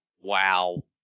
Wow